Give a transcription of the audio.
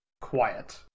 Quiet